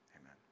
amen